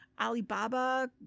Alibaba